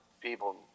people